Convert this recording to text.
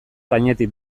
gainetik